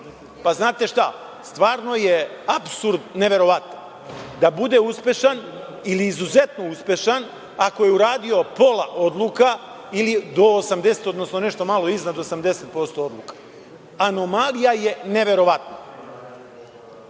Znate šta, stvarno je apsurd neverovatan, da bude uspešan, ili izuzetno uspešan ako je uradio pola odluka, ili do 80%, odnosno nešto malo iznad 80% odluka. Anomalija je neverovatna.